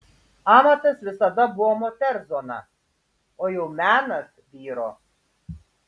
amatas visada buvo moters zona o jau menas vyro